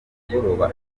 mugoroba